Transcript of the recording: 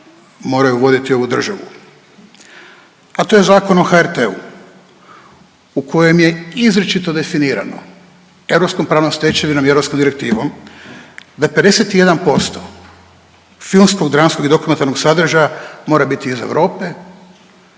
moraju voditi ovu državu, a to je Zakon o HRT-u u kojem je izričito definirano europska pravna stečevina … direktivom da 51% filmskog, dramskog i dokumentarnog sadržaja mora biti iz Europe,